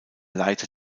leiter